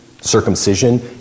circumcision